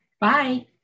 Bye